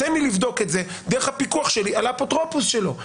תן לי לבדוק את זה דרך הפיקוח שלי על האפוטרופוס שלו.